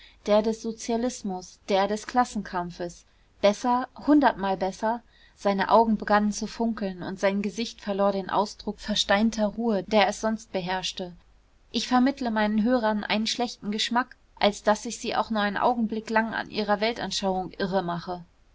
der des sozialismus der des klassenkampfes besser hundertmal besser seine augen begannen zu funkeln und sein gesicht verlor den ausdruck versteinter ruhe der es sonst beherrschte ich vermittle meinen hörern einen schlechten geschmack als daß ich sie auch nur einen augenblick lang an ihrer weltanschauung irre mache